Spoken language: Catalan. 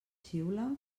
xiula